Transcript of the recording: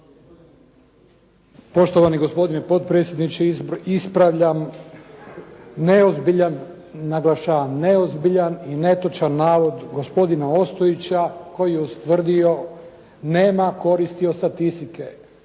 Poštovani gospodine potpredsjedniče ispravljam neozbiljan, naglašavam neozbiljan i netočan navod gospodina Ostojića koji je ustvrdio: «Nema koristi od statistike.»